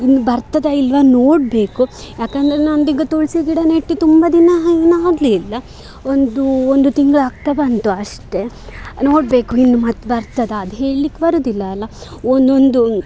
ಇನ್ನು ಬರ್ತದಾ ಇಲ್ಲವಾ ನೋಡಬೇಕು ಯಾಕಂದರೆ ನನ್ನದೀಗಾ ತುಳಸಿ ಗಿಡ ನೆಟ್ಟು ತುಂಬ ದಿನ ಏನಾಗಲಿಲ್ಲ ಒಂದು ಒಂದು ತಿಂಗಳಾಗ್ತಾ ಬಂತು ಅಷ್ಟೇ ನೋಡಬೇಕು ಇನ್ನು ಮತ್ತು ಬರ್ತದಾ ಅದು ಹೇಳ್ಲಿಕ್ಕೆ ಬರುವುದಿಲಲ್ಲ ಒಂದೊಂದು